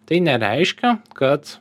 tai nereiškia kad